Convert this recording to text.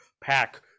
pack